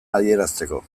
adierazteko